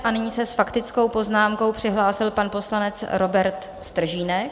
A nyní se s faktickou poznámkou přihlásil pan poslanec Robert Stržínek.